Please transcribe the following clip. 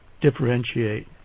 differentiate